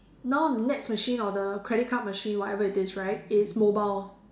now nets machine or the credit card machine whatever it is right is mobile